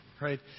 Right